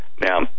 Now